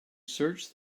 search